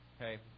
Okay